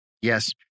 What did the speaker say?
Yes